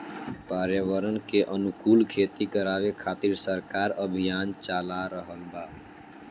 पर्यावरण के अनुकूल खेती करावे खातिर सरकार अभियान चाला रहल बा